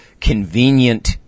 convenient